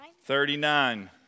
Thirty-nine